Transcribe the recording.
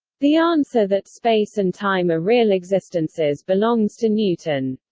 the answer that space and time are real existences belongs to newton.